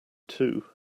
too